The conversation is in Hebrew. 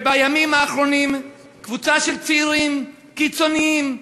ובימים האחרונים קבוצה של צעירים קיצוניים,